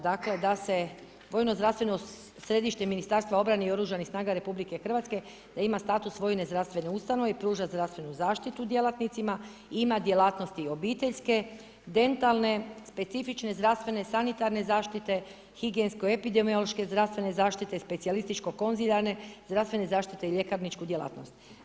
Dakle da se vojno zdravstveno središte Ministarstva obrane i Oružanih snaga RH da ima status vojne zdravstvene ustanove i pruža zdravstvenu zaštitu djelatnicima, ima djelatnosti i obiteljske, dentalne, specifične zdravstvene sanitarne zaštite, higijensko epidemiološke zdravstvene zaštite, specijalističko konzularne zdravstvene zaštite i ljekarničku djelatnost.